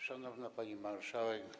Szanowna Pani Marszałek!